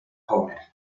homer